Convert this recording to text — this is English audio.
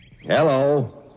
Hello